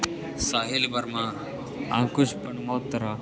Sahil Verma Ankush Vanmotra